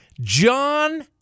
John